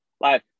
Live